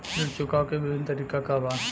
ऋण चुकावे के विभिन्न तरीका का बा?